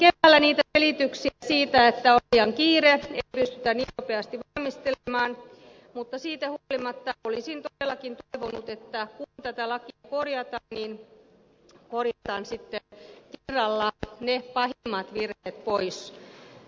kuulin keväällä niitä selityksiä siitä että on liian kiire ei pystytä niin nopeasti valmistelemaan mutta siitä huolimatta olisin todellakin toivonut että kun tätä lakia korjataan niin korjataan sitten kerralla pahimmat virheet pois